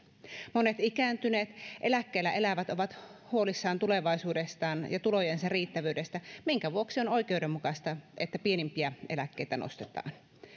monet ikääntyneet eläkkeellä elävät ovat huolissaan tulevaisuudestaan ja tulojensa riittävyydestä minkä vuoksi on oikeudenmukaista että pienimpiä eläkkeitä nostetaan